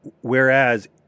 Whereas